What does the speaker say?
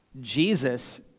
Jesus